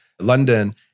London